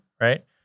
right